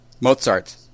Mozart